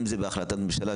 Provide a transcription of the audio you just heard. אם זה בהחלטת ממשלה,